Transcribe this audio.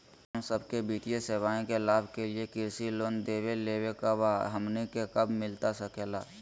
हम सबके वित्तीय सेवाएं के लाभ के लिए कृषि लोन देवे लेवे का बा, हमनी के कब मिलता सके ला?